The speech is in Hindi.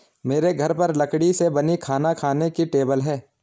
मेरे घर पर लकड़ी से बनी खाना खाने की टेबल है